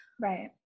Right